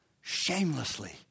Shamelessly